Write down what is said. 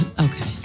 okay